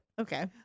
Okay